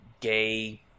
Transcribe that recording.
gay